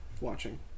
watching